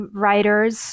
writers